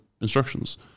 instructions